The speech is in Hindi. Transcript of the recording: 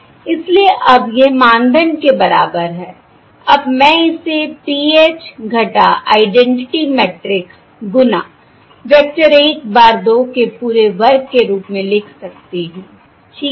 इसलिए अब यह मानदंड के बराबर है अब मैं इसे PH - आइडेंटिटी मैट्रिक्स गुना वेक्टर 1 bar 2 के पूरे वर्ग के रूप में लिख सकती हूं ठीक है